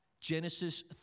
Genesis